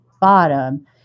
bottom